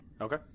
Okay